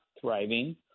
thriving